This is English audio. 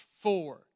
Four